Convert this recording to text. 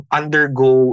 undergo